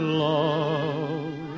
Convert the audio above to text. love